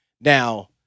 Now